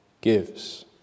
gives